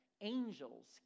angels